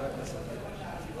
חבר הכנסת גילאון?